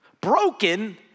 broken